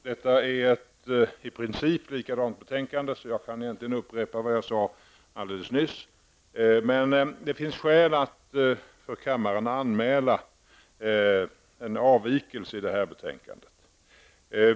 Herr talman! Detta är i princip ett likadant betänkande som det föregående, och jag kan egentligen upprepa vad jag sade alldeles nyss. Men det finns skäl att för kammaren anmäla en avvikelse i detta betänkande.